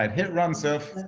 and hit run sofia.